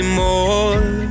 more